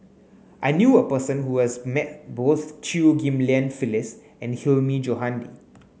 I knew a person who has met both Chew Ghim Lian Phyllis and Hilmi Johandi